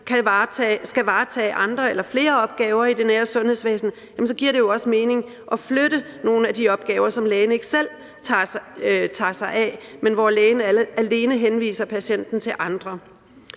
skal varetage andre eller flere opgaver i det nære sundhedsvæsen, giver det jo også mening at flytte nogle af de opgaver, som lægen selv tager sig af, men hvor lægen alene henviser patienten til andre.